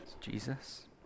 Jesus